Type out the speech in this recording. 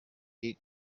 big